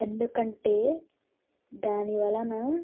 ఎందుకంటే దాని వలన